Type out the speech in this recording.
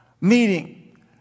meeting